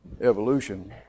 evolution